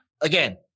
Again